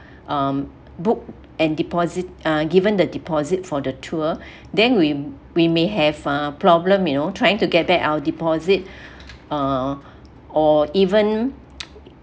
um book and deposit uh given the deposit for the tour then we we may have uh problem you know trying to get back our deposit uh or even